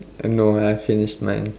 no I finished mine